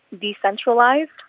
decentralized